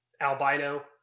albino